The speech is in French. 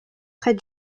près